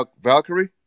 Valkyrie